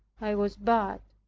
i was bad.